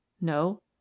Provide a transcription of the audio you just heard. no